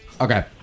okay